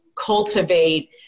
cultivate